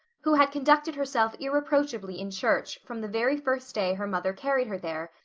who had conducted herself irreproachably in church from the very first day her mother carried her there,